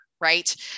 right